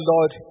Lord